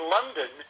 London